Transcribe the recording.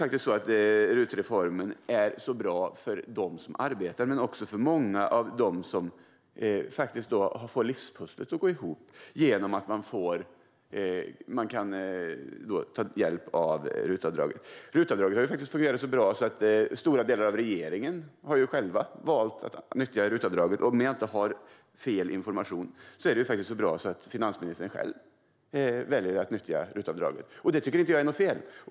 RUT-reformen är bra för dem som arbetar och även för många som behöver få livspusslet att gå ihop genom att de kan ta hjälp av RUT-avdraget. RUT-avdraget har faktiskt fungerat så bra att stora delar av regeringen har valt att nyttja RUT-avdraget. Om jag inte är felinformerad är det så bra att finansministern själv väljer att nyttja RUT-avdraget. Det är inte fel.